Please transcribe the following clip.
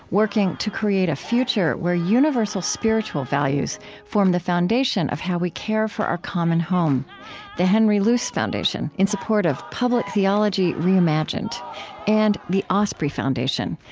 working to create a future where universal spiritual values form the foundation of how we care for our common home the henry luce foundation, in support of public theology reimagined and the osprey foundation,